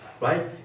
Right